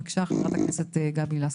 בבקשה חברת הכנסת גבי לסקי.